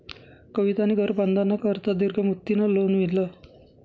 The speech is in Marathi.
कवितानी घर बांधाना करता दीर्घ मुदतनं लोन ल्हिनं